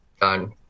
done